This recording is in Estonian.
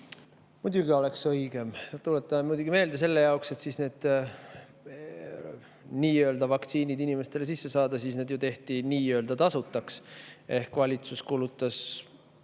Muidugi oleks õigem. Tuletan muidugi meelde: selle jaoks et need nii-öelda vaktsiinid inimestele sisse saada, olid need ju nii-öelda tasuta. Ehk valitsus kulutas